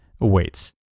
awaits